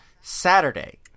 Saturday